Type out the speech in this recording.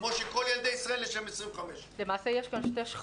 כמו שלכל ילדי ישראל יש 25%. למעשה יש כאן שתי שכבות.